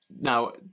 Now